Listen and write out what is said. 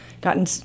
gotten